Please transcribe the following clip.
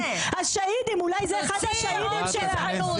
השהידים אולי זה אחד השהידים שלך.